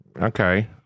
Okay